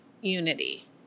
unity